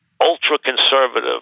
ultra-conservative